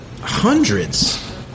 hundreds